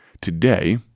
today